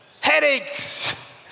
Headaches